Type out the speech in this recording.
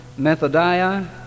methodia